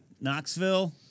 Knoxville